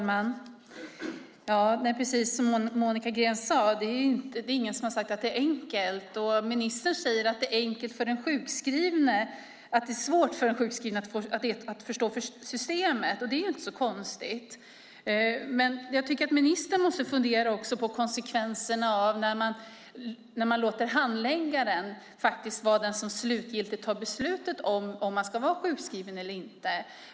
Fru talman! Precis som Monica Green sade: Det är ingen som har sagt att det är enkelt. Ministern säger att det är svårt för den sjukskrivne att förstå systemet. Det är inte så konstigt. Men jag tycker att ministern måste fundera över konsekvenserna när man låter handläggaren vara den som slutgiltigt tar beslutet om personen ska vara sjukskriven eller inte.